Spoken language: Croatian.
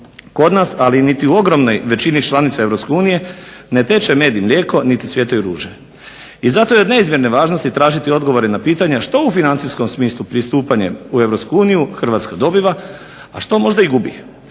kod nas, ali niti u ogromnoj većini članica EU ne teče med i mlijeko niti cvjetaju ruže. I zato je od neizmjerne važnosti tražiti odgovore na pitanja što u financijskom smislu pristupanjem u EU Hrvatska dobiva, a što možda i gubi.